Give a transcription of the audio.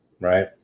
Right